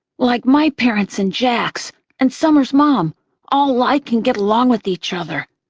like my parents and jack's and summer's mom all like and get along with each other.